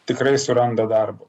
tikrai suranda darbo